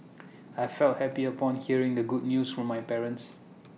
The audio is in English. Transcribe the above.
I felt happy upon hearing the good news from my parents